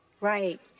Right